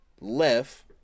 Left